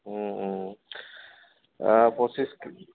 পঁচিছ কেজি